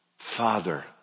Father